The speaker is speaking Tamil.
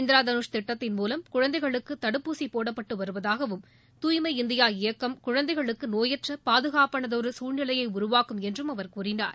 இந்திர தனுஷ் திட்டத்தின் மூலம் குழந்தைகளுக்கு தடுப்பூசி போடப்பட்டு வருவதாகவும் தூய்மை இந்தியா இயக்கம் குழந்தைகளுக்கு நோயற்ற பாதுகாப்பனதொரு சூழ்நிலையை உருவாக்கும் என்றும் அவர் கூறினார்